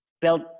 built